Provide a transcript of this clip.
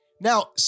Now